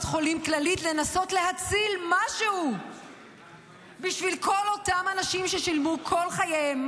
חולים כללית לנסות להציל משהו בשביל כל אותם אנשים ששילמו כל חייהם